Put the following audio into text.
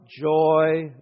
joy